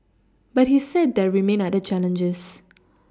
but he said there remain other challenges